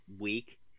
week